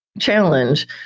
challenge